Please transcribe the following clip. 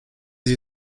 sie